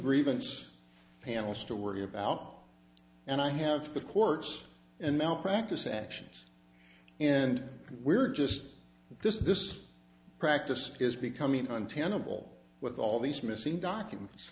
grievance panels to worry about and i have the courts and malpractise actions and we're just this this practice is becoming untenable with all these missing documents